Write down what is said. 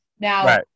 Now